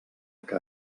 que